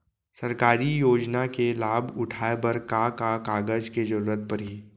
सरकारी योजना के लाभ उठाए बर का का कागज के जरूरत परही